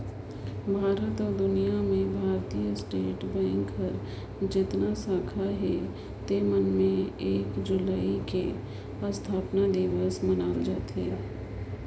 भारत अउ दुनियां में भारतीय स्टेट बेंक कर जेतना साखा अहे तेमन में एक जुलाई के असथापना दिवस मनाल जाथे